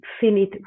finite